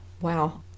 wow